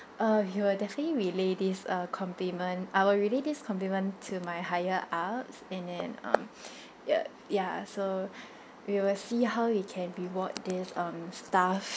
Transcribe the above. uh we will definitely relay this uh compliment I will relay this compliment to my higher ups and then um uh ya so we will see how we can reward this um staff